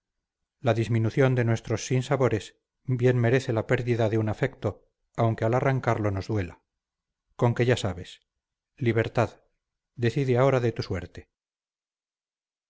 la disminución de nuestros sinsabores bien merece la pérdida de un afecto aunque al arrancarlo nos duela con que ya sabes libertad decide ahora de tu suerte